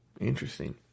interesting